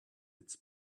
its